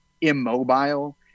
immobile